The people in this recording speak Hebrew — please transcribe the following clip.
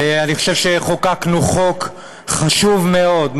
אני חושב שחוקקנו חוק חשוב מאוד,